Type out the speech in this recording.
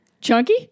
Chunky